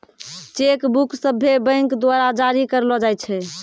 cheque book सभ्भे bank द्वारा जारी करलो जाय छै